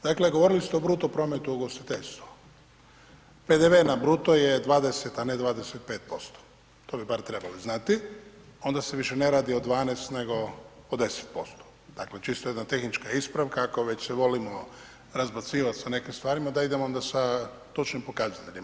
Dakle, govorili ste o bruto prometu u ugostiteljstvu, PDV na bruto je 20, a ne 25%, to bi bar trebali znati, onda se više ne radi o 12, nego o 10%, dakle, čisto jedna tehnička ispravka ako već se volimo razbacivat sa nekim stvarima, da idemo onda sa točnim pokazateljima.